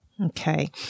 Okay